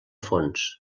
fons